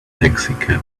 taxicab